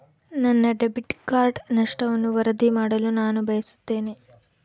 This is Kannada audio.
ನನ್ನ ಡೆಬಿಟ್ ಕಾರ್ಡ್ ನಷ್ಟವನ್ನು ವರದಿ ಮಾಡಲು ನಾನು ಬಯಸುತ್ತೇನೆ